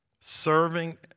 Serving